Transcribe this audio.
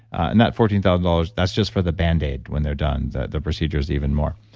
and that fourteen thousand dollars, that's just for the band-aid when they're done the the procedure is even more